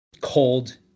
cold